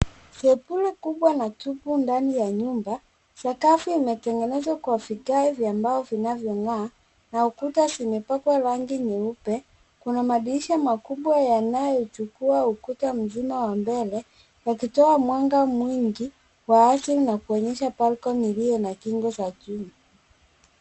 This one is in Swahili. Sebule kubwa na tupu ndani ya nyumba. Sakafu imetengenezwa kwa vigae vya mbao vinavyong'aa na ukuta zimepakwa rangi nyepe, kuna madirisha makubwa yanayochukua ukuta mzima wa mbele yakitoa mwanga mwingi wa asili na kuonyesha balcony iliyo na kingo za chuma.